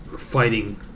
fighting